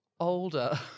older